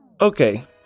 Okay